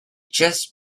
just